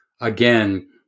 again